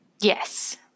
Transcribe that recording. Yes